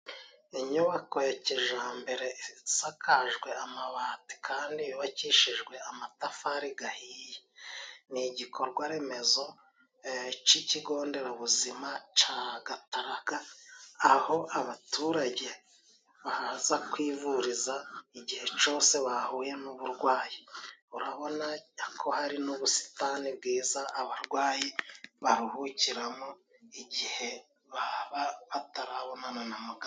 Inyubako ya kijyambere isakajwe amabati Kandi yubakishije amatafari ahiye. Ni igikorwa remezo cy'ikigonderabuzima cya Gataraga, aho abaturage baza kwivuriza, igihe cyose bahuye n'uburwayi. Urabona ko hari n'ubusitani bwiza abarwayi baruhukiramo, igihe baba batarabonana na muganga.